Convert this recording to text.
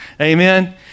Amen